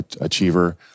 achiever